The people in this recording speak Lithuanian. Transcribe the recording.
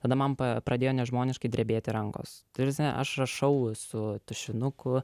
tada man pradėjo nežmoniškai drebėti rankos ta prasme aš rašau su tušinuku